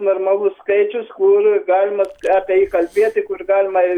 normalus skaičius kur galima apie jį kalbėti kur galima